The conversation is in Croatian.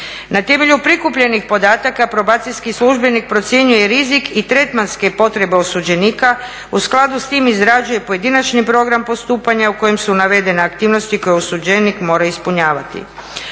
Na temelju prikupljenih podataka probacijski službenik procjenjuje rizik i tretmanske potrebe osuđenika, u skladu s tim izrađuje pojedinačni program postupanja u kojem su navedene aktivnosti koje osuđenik mora ispunjavati.